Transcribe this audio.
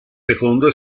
secondo